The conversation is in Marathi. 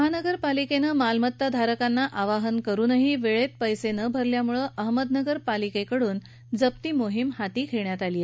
महानगरपालिकेनं मालमत्ताधारकांना आवाहन करून देखील वेळेत पैसे न भरल्यामुळे अहमदनगर महापालिकेकडून जप्ती मोहीम हाती घेण्यात आली आहे